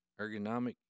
ergonomic